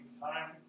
time